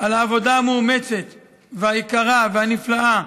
על העבודה המאומצת והיקרה והנפלאה